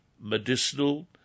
medicinal